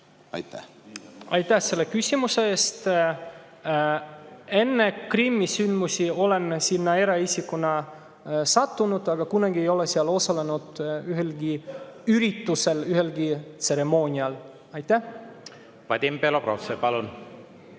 Aitäh selle küsimuse eest! Enne Krimmi sündmusi olen sinna eraisikuna sattunud, aga kunagi ei ole ma seal osalenud ühelgi üritusel, ühelgi tseremoonial. Vadim Belobrovtsev, palun!